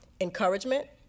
encouragement